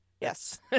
Yes